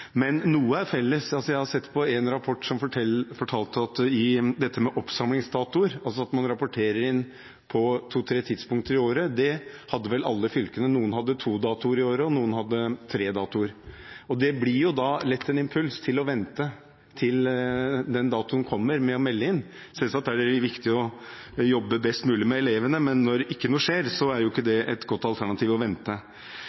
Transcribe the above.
med oppsamlingsdatoer, altså at man rapporterer inn på to–tre tidspunkter i året. Det hadde vel alle fylkene. Noen hadde to datoer i året, og noen hadde tre, og det blir jo da lett en impuls til å vente med å melde inn til den datoen kommer. Selvsagt er det viktig å jobbe best mulig med elevene, men når ikke noe skjer, er det jo ikke et godt alternativ å vente.